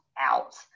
out